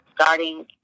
starting